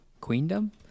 queendom